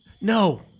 No